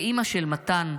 כאימא של מתן,